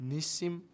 Nissim